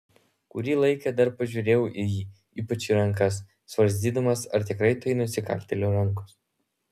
kurį laiką dar pažiūrėjau į jį ypač į rankas svarstydamas ar tikrai tai nusikaltėlio rankos